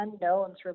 unknowns